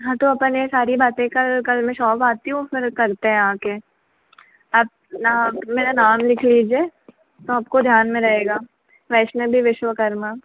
हाँ तो अपन यह सारी बातें कल कल मैं शॉप आती हूँ फिर करते हैं आकर अपना मेरा नाम लिख लीजिए तो आपको ध्यान में रहेगा वैष्णवी विश्वकर्मा